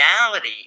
reality